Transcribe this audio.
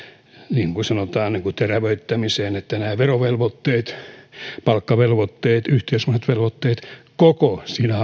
niin kuin sanotaan terävöittämiseen niin että verovelvoitteet palkkavelvoitteet yhteiskunnalliset velvoitteet koko siinä